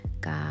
God